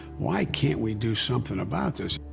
why can't we do something about this?